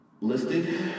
listed